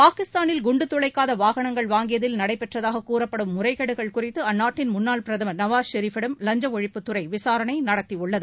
பாகிஸ்தானில் குண்டு துளைக்காத வாகனங்கள் வாங்கியதில் நடைபெற்றதாக கூறப்படும் முறைகேடுகள் குறித்து அந்நாட்டின் முன்னாள் பிரதமர் நவாஸ் ஷெரீப் பிடம் லஞ்ச ஒழிப்புத்துறை விசாரணை நடத்தியுள்ளது